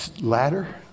ladder